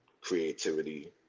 creativity